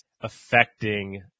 affecting